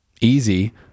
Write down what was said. easy